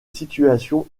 situation